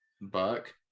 Buck